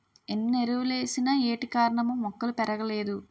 ఎన్నెరువులేసిన ఏటికారణమో మొక్కలు పెరగలేదు